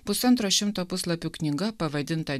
pusantro šimto puslapių knyga pavadinta